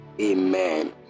Amen